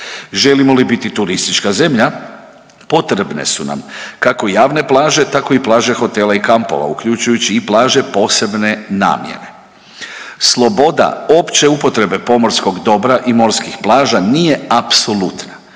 Želimo li biti turistička zemlja, potrebne su nam, kako javne plaže, tako plaže hotela i kampova, uključujući i plaže posebne namjene. Sloboda opće upotrebe pomorskog dobra i morskih plaža nije apsolutna.